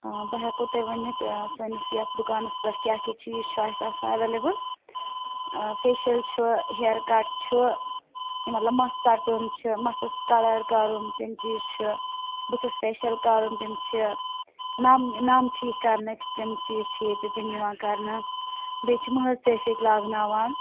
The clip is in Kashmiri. اۭں بہٕ ہٮ۪کو تۄہہِ ؤنِتھ سٲنِس یَتھ دُکانَس پٮ۪ٹھ کیٛاہ کیٛاہ چیٖز چھِ اَسہِ آسان اٮ۪وٮ۪لیبٕل فیشیٚل چھُ ہِیَر کَٹ چھُ مطلب مَس ژَٹُن چھُ مَستَس کَلَر کَرُن تِم چیٖز چھِ بٕتھِس فیشیٚل کَرُن تِم چھِ نَم نَم ٹھیٖک کَرنٕکۍ تِم چیٖز چھِ ییٚتہِ تِم یِوان کَرنہٕ بیٚیہِ چھِ مٲنٛز تہِ أسۍ ییٚتہِ لاگناوان